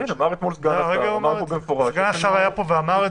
סגן השר היה פה ואמר את זה.